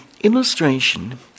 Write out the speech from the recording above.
illustration